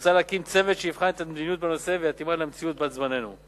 מוצע להקים צוות שיבחן את המדיניות בנושא ויתאימה למציאות בת זמננו.